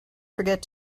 forget